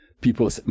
people